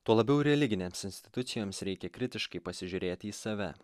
tuo labiau religinėms institucijoms reikia kritiškai pasižiūrėti į save